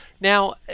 Now